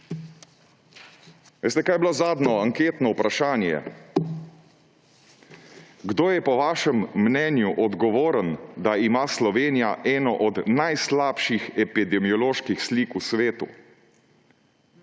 Veste, kaj je bilo zadnje anketno vprašanje? Kdo je po vašem mnenju odgovoren, da ima Slovenija eno od najslabših epidemioloških slik v svetu?